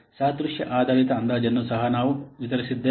ಸಾದೃಶ್ಯ ಆಧಾರಿತ ಅಂದಾಜನ್ನು ಸಹ ನಾವು ವಿವರಿಸಿದ್ದೇವೆ